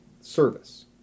service